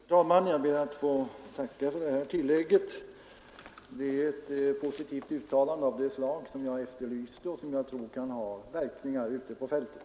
Herr talman! Jag ber att få tacka för det tillägget. Det är ett positivt uttalande av det slag som jag efterlyste och som jag tror kan ha verkningar ute på fältet.